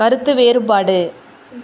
கருத்து வேறுபாடு